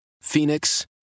Phoenix